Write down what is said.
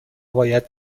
باید